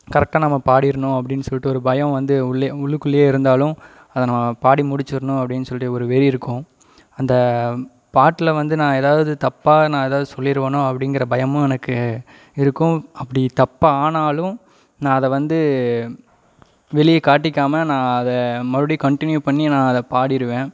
கரெக்டாக நம்ம பாடிரனும் அப்படின் சொல்லிட்டு ஒரு பயம் வந்து உள்ளே உள்ளுக்குள்ளையே இருந்தாலும் அதை நம்ம பாடி முடிச்சிரணும் அப்படின் சொல்லிட்டு ஒரு வெறி இருக்கும் அந்த பாட்டில் வந்து நான் ஏதாவது தப்பாக நான் ஏதாவது சொல்லிருவனோ அப்படிங்கிற பயமும் எனக்கு இருக்கும் அப்படி தப்பாக ஆனாலும் நான் அதை வந்து வெளியே காட்டிக்காமல் நான் அதை மறுபுடியும் கண்டினியூ பண்ணி நான் அதை பாடிருவேன்